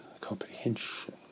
comprehension